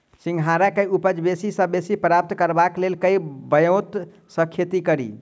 सिंघाड़ा केँ उपज बेसी सऽ बेसी प्राप्त करबाक लेल केँ ब्योंत सऽ खेती कड़ी?